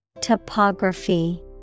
Topography